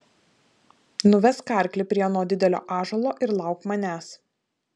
nuvesk arklį prie ano didelio ąžuolo ir lauk manęs